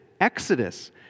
Exodus